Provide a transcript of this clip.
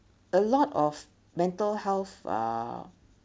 a lot of mental health uh